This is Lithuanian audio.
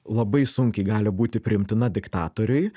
labai sunkiai gali būti priimtina diktatoriui